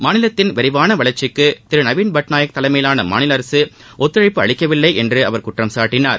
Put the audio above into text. மாநிலத்தின் விரைவான வளர்ச்சிக்கு திரு நவீன் பட்நாயக் தலைமையிலான மாநில அரசு ஒத்துழைப்பு அளிக்கவில்லை என்று அவர் குற்றம் சாட்டினார்